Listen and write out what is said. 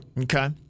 Okay